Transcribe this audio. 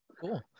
Cool